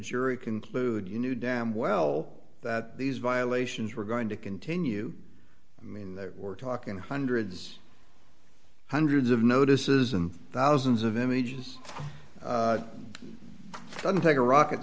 jury conclude you knew damn well that these violations were going to continue i mean we're talking hundreds hundreds of notices i'm thousands of images doesn't take a rocket